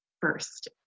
first